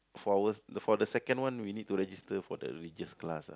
four hours for the second we need to register for the religious class ah